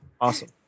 Awesome